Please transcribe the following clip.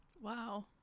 wow